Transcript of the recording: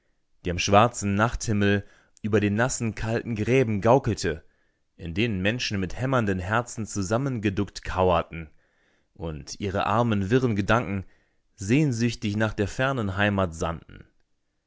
brandrakete die am schwarzen nachthimmel über den nassen kalten gräben gaukelte in denen menschen mit hämmernden herzen zusammengeduckt kauerten und ihre armen wirren gedanken sehnsüchtig nach der fernen heimat